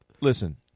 listen